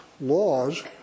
laws